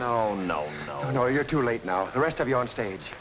mean no no no you're too late now the rest of you on stage